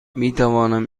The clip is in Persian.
میتوانم